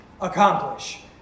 Accomplish